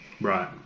Right